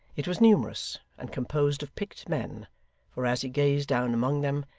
it was numerous, and composed of picked men for as he gazed down among them,